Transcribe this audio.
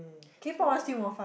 K-pop one still more fun